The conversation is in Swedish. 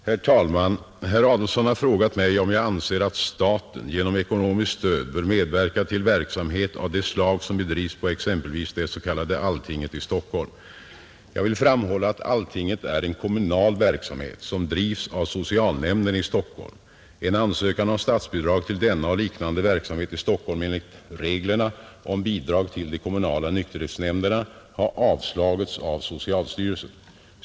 Herr talman! Herr Adolfsson har frågat mig om jag anser att staten genom ekonomiskt stöd bör medverka till verksamhet av det slag som bedrivs på exempelvis det s. k; Alltinget i Stockholm. Jag vill framhålla att Alltinget är en kommunal verksamhet, som drivs av socialnämnden i Stockholm. En ansökan om statsbidrag till denna och liknande verksamhet i Stockholm enligt reglerna om bidrag till de kommunala nykterhetsnämnderna har avslagits av socialstyrelsen.